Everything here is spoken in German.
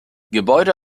gebäude